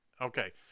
Okay